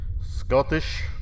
Scottish